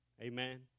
Amen